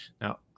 Now